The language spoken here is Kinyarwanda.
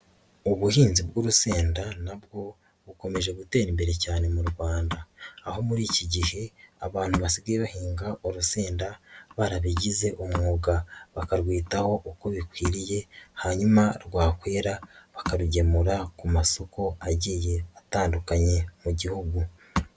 Ubuhinzi bw'urusenda nabwo bukomeje gutera imbere cyane mu Rwanda, aho muri iki gihe abantu basigaye bahinga urusenda barabigize umwuga bakarwitaho uko bikwiriye hanyuma rwakwera bakabigemura ku masoko agiye atandukanye mu gihugu.